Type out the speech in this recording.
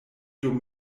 dum